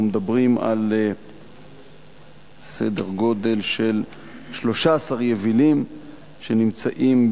אנחנו מדברים על סדר גודל של 13 יבילים שנמצאים